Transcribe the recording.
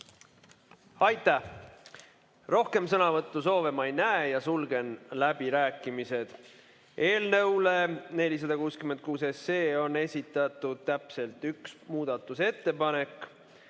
Aitäh! Rohkem sõnavõtusoove ma ei näe, sulgen läbirääkimised. Eelnõu 466 kohta on esitatud täpselt üks muudatusettepanek.